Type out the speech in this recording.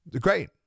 great